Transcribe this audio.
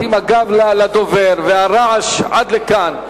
את עם הגב לדובר והרעש עד לכאן.